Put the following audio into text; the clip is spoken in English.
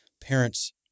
parents